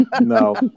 No